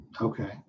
Okay